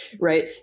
right